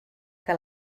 que